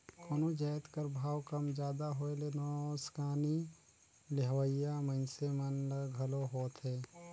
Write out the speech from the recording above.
कोनो जाएत कर भाव कम जादा होए ले नोसकानी लेहोइया मइनसे मन ल घलो होएथे